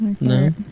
No